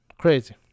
Crazy